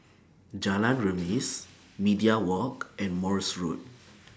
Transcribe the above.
Jalan Remis Media Walk and Morse Road